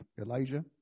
Elijah